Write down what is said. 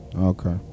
Okay